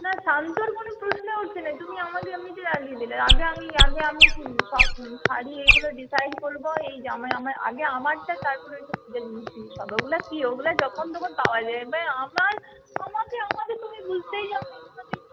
না শান্তর মনে প্রশ্ন উঠছে না তুমি আমাকে এমনিতে রাগিয়ে দিলে আগে আমি আগে আমি সব শাড়ি এগুলো ডিসাইড করব এই আগে আমারটা তার পরে ওই সব পূজার জিনিস টিনিস হবে ওগুলো কী ওগুলো যখন তখন পাওয়া যাবে আমার আমাকে আমাকে তুমি বুঝতেই চাওনি কোনোদিন